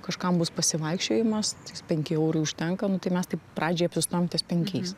kažkam bus pasivaikščiojimas tis penki eurai užtenka nu tai mes taip pradžiai apsistojom ties penkiais